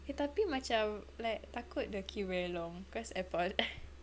eh tapi macam like takut the queue very long cause airport